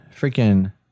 Freaking